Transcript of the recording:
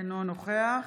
אינו נוכח